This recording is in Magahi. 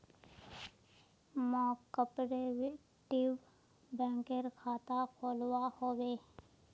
मौक कॉपरेटिव बैंकत खाता खोलवा हबे